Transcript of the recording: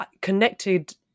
connected